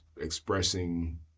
expressing